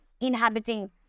inhabiting